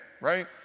right